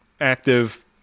active